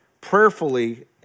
prayerfully